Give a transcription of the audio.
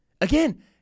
Again